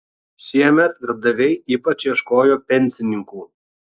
šiemet darbdaviai ypač ieškojo pensininkų